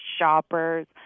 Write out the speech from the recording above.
shoppers